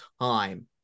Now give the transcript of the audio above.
time